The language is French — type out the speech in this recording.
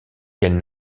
qu’elle